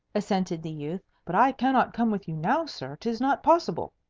assented the youth. but i cannot come with you now, sir. tis not possible.